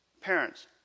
Parents